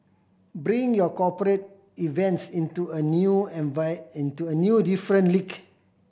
bring your cooperate events into a new into a new different league